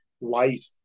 life